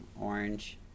orange